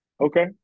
Okay